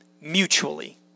mutually